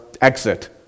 exit